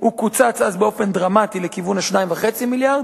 הוא קוצץ אז באופן דרמטי לכיוון 2.5 מיליארד